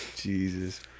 Jesus